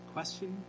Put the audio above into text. Question